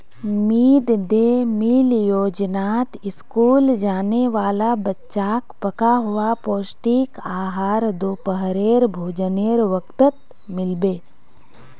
mid day meal योजनात school जाने वाला बच्चाक पका हुआ पौष्टिक आहार दोपहरेर भोजनेर वक़्तत मिल बे